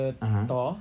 (uh huh)